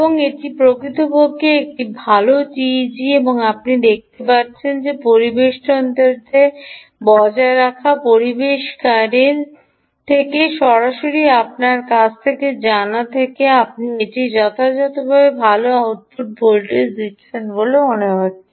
এবং এটি প্রকৃতপক্ষে একটি ভাল টিইজি এবং আপনি দেখতে পাচ্ছেন যে পরিবেষ্টনটি বজায় রাখা পরিবেশনকারী থেকে সরাসরি আপনার কাছ থেকে জানা থেকে আপনি এটি যথাযথভাবে ভাল আউটপুট ভোল্টেজ দিচ্ছেন বলে মনে হচ্ছে